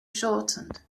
shortened